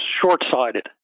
short-sighted